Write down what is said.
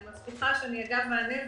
אני מבטיחה שאני אתן מענה,